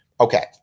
Okay